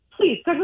please